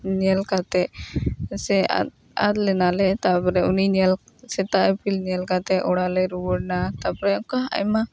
ᱧᱮᱞ ᱠᱟᱛᱮ ᱥᱮ ᱟᱫ ᱟᱫ ᱞᱮᱱᱟᱞᱮ ᱛᱟᱯᱚᱨᱮ ᱩᱱᱤ ᱧᱮᱞ ᱥᱮᱛᱟᱜ ᱤᱯᱤᱞ ᱧᱮᱞ ᱠᱟᱛᱮᱫ ᱚᱲᱟᱜ ᱞᱮ ᱨᱩᱭᱟᱹᱲ ᱮᱱᱟ ᱛᱟᱯᱚᱨᱮ ᱚᱱᱠᱟ ᱟᱭᱢᱟ